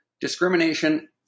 Discrimination